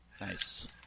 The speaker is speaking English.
Nice